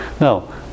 Now